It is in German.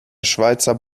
schweizer